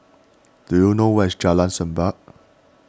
do you know where is Jalan Semerbak